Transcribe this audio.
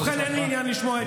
בבקשה, נשמע.